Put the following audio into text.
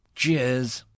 Cheers